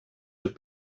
have